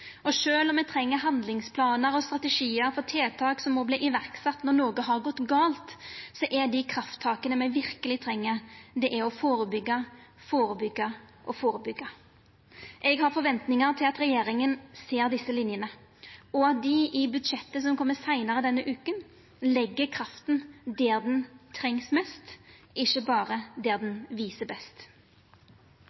om ein treng handlingsplanar og strategiar for tiltak som må verta sette i verk når noko har gått gale, er dei krafttaka me verkeleg treng, å førebyggja, førebyggja og førebyggja. Eg har forventningar til at regjeringa ser desse linjene, og at ein i budsjettet, som kjem seinare denne veka, legg krafta der ho trengst mest, ikkje berre